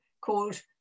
called